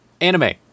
anime